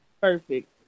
Perfect